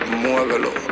muévelo